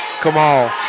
Kamal